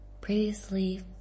Previously